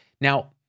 Now